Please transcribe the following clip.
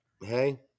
hey